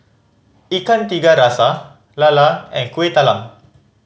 Ikan Tiga Rasa lala and Kueh Talam